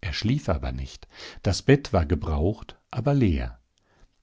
er schlief aber nicht das bett war gebraucht aber leer